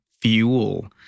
Fuel